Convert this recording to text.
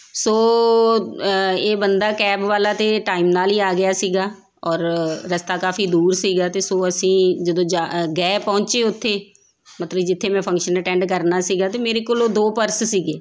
ਸੋ ਇਹ ਬੰਦਾ ਕੈਬ ਵਾਲਾ ਤਾਂ ਟਾਈਮ ਨਾਲ ਹੀ ਆ ਗਿਆ ਸੀਗਾ ਔਰ ਰਸਤਾ ਕਾਫੀ ਦੂਰ ਸੀਗਾ ਅਤੇ ਸੋ ਅਸੀਂ ਜਦੋਂ ਜਾ ਗਏ ਪਹੁੰਚੇ ਉੱਥੇ ਮਤਲਬ ਜਿੱਥੇ ਮੈਂ ਫੰਕਸ਼ਨ ਅਟੈਂਡ ਕਰਨਾ ਸੀਗਾ ਤਾਂ ਮੇਰੇ ਕੋਲ ਉਹ ਦੋ ਪਰਸ ਸੀਗੇ